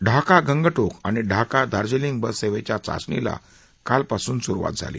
ढाका गंगटोक आणि ढाका दार्जिलिंग बस सेवेच्या चाचणीला कालपासून सुरुवात झाली